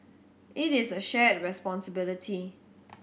it is a shared responsibility